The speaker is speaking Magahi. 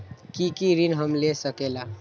की की ऋण हम ले सकेला?